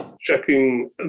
checking